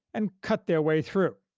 and cut their way through.